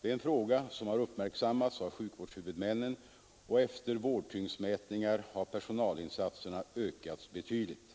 Det är en fråga som har uppmärksammats av sjukvårdshuvudmännen, och efter vårdtyngdsmätningar har personalinsatserna ökats betydligt.